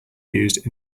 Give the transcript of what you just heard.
used